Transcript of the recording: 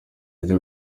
ajya